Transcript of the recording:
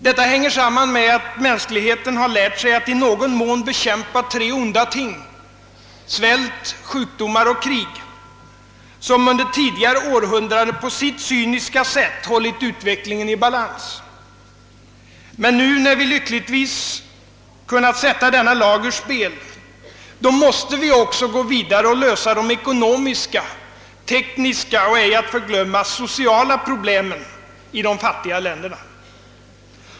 Detta sammanhänger med att mänskligheten har lärt sig att i någon mån bekämpa tre onda ting — svält, sjukdomar och krig — som under tidigare århundraden på sitt cyniska sätt hållit utvecklingen i balans. Men nu, när vi lyckligtvis kunnat sätta denna lag ur spel, måste vi också gå vidare och lösa de ekonomiska, tekniska och, ej att förglömma, sociala problemen i de fattiga länderna.